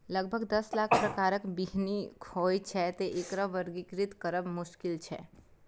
लगभग दस लाख प्रकारक बीहनि होइ छै, तें एकरा वर्गीकृत करब मोश्किल छै